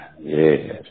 yes